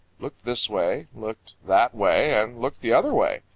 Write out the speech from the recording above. looked this way, looked that way and looked the other way,